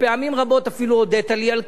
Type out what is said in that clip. ופעמים רבות אפילו הודית לי על כך.